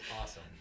awesome